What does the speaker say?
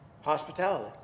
Hospitality